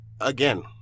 again